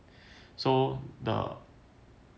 so the